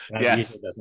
Yes